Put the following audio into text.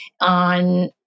on